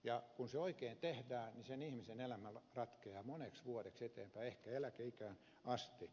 ja kun se oikein tehdään niin sen ihmisen elämä ratkeaa moneksi vuodeksi eteenpäin ehkä eläkeikään asti